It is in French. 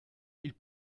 ils